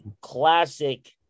classic